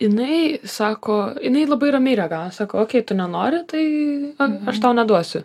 jinai sako jinai labai ramiai reagavo sako okei tu nenori tai aš tau neduosiu